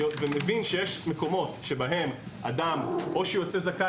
ומבין שיש מקומות בהם אדם או שיוצא זכאי